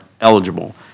eligible